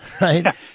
right